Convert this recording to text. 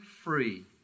free